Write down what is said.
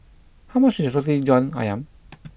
how much is Roti Jhn Ayam